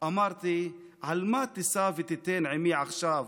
/ אמרתי: על מה תישא ותיתן עימי עכשיו?